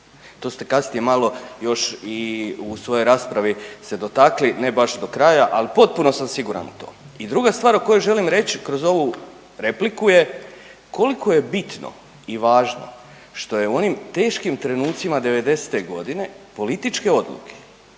To ste kasnije malo još i u svojoj raspravi se dotakli ne baš do kraja, ali potpuno sam siguran u to. I druga stvar o kojoj želim reći kroz ovu repliku je koliko je bitno i važno što je u onim teškim trenucima '90. godine političke odluke